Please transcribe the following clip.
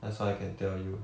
that's all I can tell you